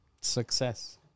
success